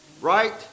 right